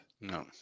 No